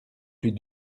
plus